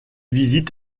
visite